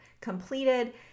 completed